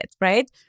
Right